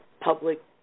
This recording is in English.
Public